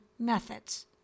methods